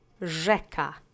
RZEKA